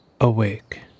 awake